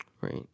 Right